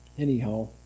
Anyhow